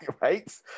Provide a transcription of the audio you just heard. right